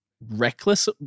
reckless